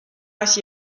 asi